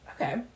Okay